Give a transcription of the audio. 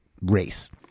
race